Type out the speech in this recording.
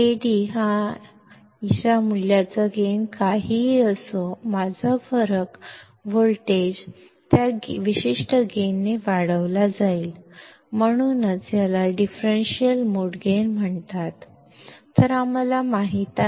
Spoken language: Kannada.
Ad ಮೌಲ್ಯದ ಗೈನ್ ಏನೇ ಇರಲಿ ನನ್ನ ಡಿಫರೆನ್ಸ್ ವೋಲ್ಟೇಜ್ ಅನ್ನು ನಿರ್ದಿಷ್ಟ ಗೈನ್ ನಿಂದ ಅಂಪ್ಲಿಫ್ಯ್ ಮಾಡಲಾಗುತ್ತದೆ ಮತ್ತು ಅದಕ್ಕಾಗಿಯೇ Ad ಅನ್ನು ಡಿಫರೆನ್ಷಿಯಲ್ ಮೋಡ್ ಗೈನ್ ಎಂದು ಕರೆಯಲಾಗುತ್ತದೆ